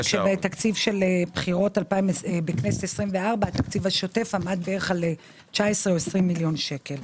כשבתקציב כנסת 24 התקציב השוטף עמד על כ-19-20 מיליון שקל.